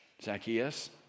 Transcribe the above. Zacchaeus